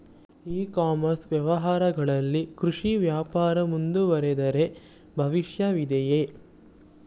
E commerce ವ್ಯವಹಾರಗಳಲ್ಲಿ ಕೃಷಿ ವ್ಯಾಪಾರ ಮುಂದುವರಿದರೆ ಭವಿಷ್ಯವಿದೆಯೇ?